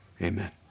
amen